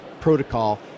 protocol